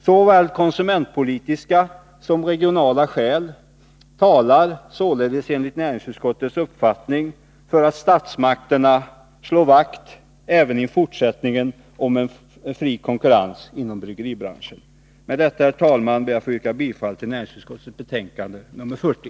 Såväl konsumentpolitiska som regionala skäl talar således enligt näringsutskottets uppfattning för att statsmakterna även i fortsättningen slår vakt om en fri konkurrens inom bryggeribranschen. Herr talman! Med detta ber jag att få yrka bifall till hemställan i näringsutskottets betänkande nr 40.